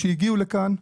שהגיעו לכאן,